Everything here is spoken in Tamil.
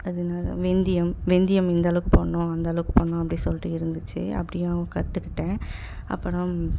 அது என்னது வெந்தயம் வெந்தயம் இந்தளவுக்கு போடணும் அந்தளவுக்கு போடணும் அப்படி சொல்லிட்டு இருந்துச்சு அப்படியும் கற்றுக்கிட்டேன் அப்புறம்